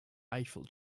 eiffel